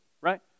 right